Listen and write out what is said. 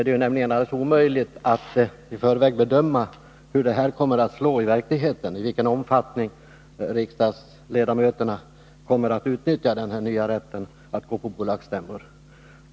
Det är nämligen alldeles omöjligt att i förväg bedöma hur det här kommer att slå i verkligheten, i vilken omfattning riksdagsledamöterna kommer att utnyttja den nya rätten att få gå på bolagsstämmor.